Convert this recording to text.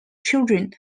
children